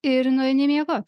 ir nueini miegot